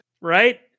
right